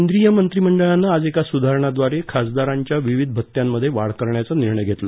केंद्रीय मंत्रिमंडळानं आज एका सुधारणाद्वारे खासदारांच्या विविध भत्यांमध्ये वाढ करण्याचा निर्णय घेतला